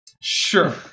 Sure